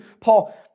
Paul